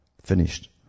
finished